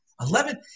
Eleven